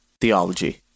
Theology